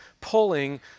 pulling